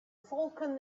falcon